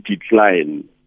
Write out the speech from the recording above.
decline